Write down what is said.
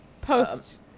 Post